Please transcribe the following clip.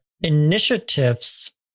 initiatives